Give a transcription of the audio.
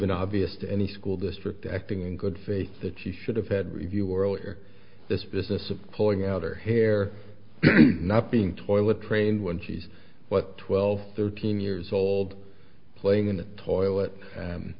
been obvious to any school district acting in good faith that she should have had review world where this business of pulling out her hair not being toilet trained when she's what twelve thirteen years old playing in a toilet